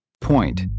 Point